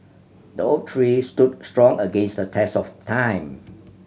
the oak tree stood strong against the test of time